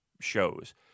shows